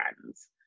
friends